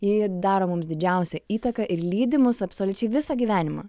ji daro mums didžiausią įtaką ir lydi mus absoliučiai visą gyvenimą